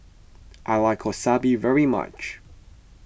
I like Wasabi very much